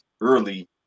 early